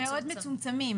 מאוד מצומצמים,